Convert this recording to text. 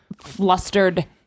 flustered